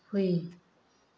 ꯍꯨꯏ